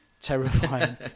Terrifying